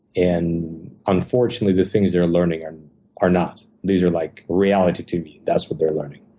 and unfortunately, the things they're learning and are not. these are like reality tv. that's what they're learning.